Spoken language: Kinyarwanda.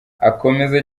akomeza